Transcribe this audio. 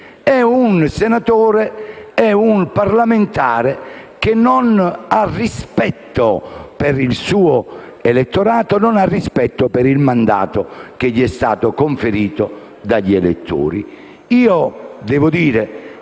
le indicazioni, è un parlamentare che non ha rispetto per il suo elettorato né per il mandato che gli è stato conferito dagli elettori.